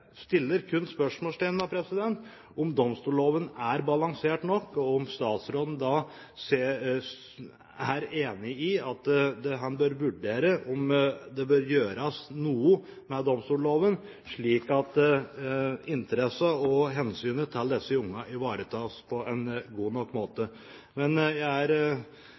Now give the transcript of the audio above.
stiller spørsmål ved om domstolloven er balansert nok, og om statsråden er enig i at en bør vurdere om det bør gjøres noe med domstolloven, slik at interessene og hensynet til disse ungene ivaretas på en god nok måte. Men jeg er